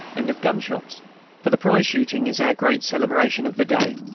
and of gunshots for the prize-shooting is our great celebration of the day,